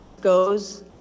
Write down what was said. goes